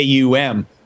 AUM